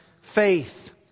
faith